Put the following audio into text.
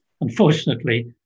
Unfortunately